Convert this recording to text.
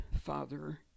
father